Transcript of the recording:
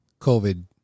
COVID